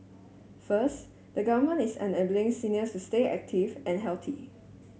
first the Government is enabling seniors to stay active and healthy